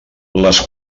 les